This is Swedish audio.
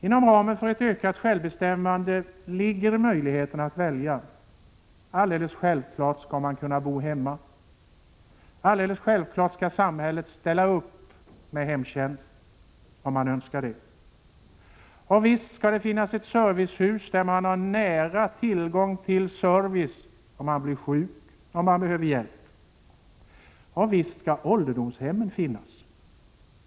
Inom ramen för ett ökat självbestämmande finns valmöjligheten. Alldeles självklart skall man kunna bo hemma. Alldeles självklart skall samhället ställa upp med hemtjänst, om man så önskar. Visst skall det finnas servicehus, där man har nära till service om man blir sjuk eller behöver hjälp. Och visst skall ålderdomshemmen finnas.